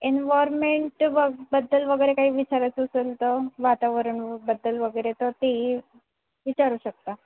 environment बद्दल वगैरे काही विचारायचं असेल तर वातावरणाबद्दल वगैरे तर तेही विचारू शकता